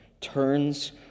turns